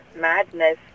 madness